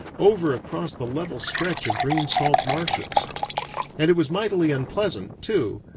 over across the level stretch of green salt marshes and it was mightily unpleasant, too,